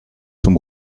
zum